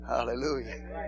Hallelujah